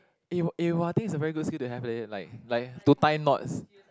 eh w~ eh !wah! I think it's a very good skill to have leh like like to tie knots